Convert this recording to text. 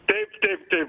taip taip taip